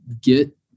get